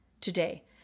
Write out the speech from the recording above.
today